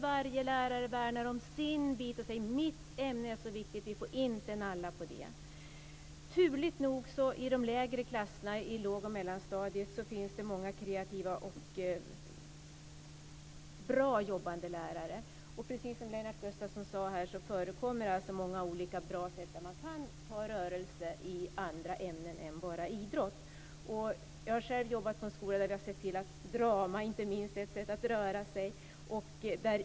Varje lärare värnar om sin bit och säger att just den lärarens ämne är så viktigt och att man inte får nalla på det. Turligt nog i de lägre klasserna på låg och mellanstadiet finns det många kreativa och bra jobbande lärare. Precis som Lennart Gustavsson sade förekommer det många olika bra sätt när det går att ha rörelse i andra ämnen än bara idrott. Jag har själv jobbat på en skola där drama har varit ett sätt att röra sig.